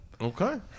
Okay